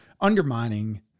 undermining